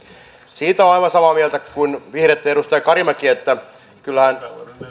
siitä olen aivan samaa mieltä kuin vihreitten edustaja karimäki että kyllähän